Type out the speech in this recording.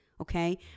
Okay